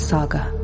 Saga